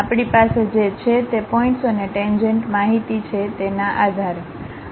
આપણી પાસે જે છે તે પોઇન્ટ્સ અને ટેન્જેન્ટ માહિતી છે તેના આધારે